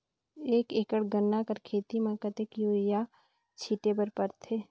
एक एकड़ गन्ना कर खेती म कतेक युरिया छिंटे बर पड़थे?